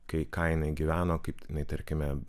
kai ką jinai gyveno kaip jinai tarkime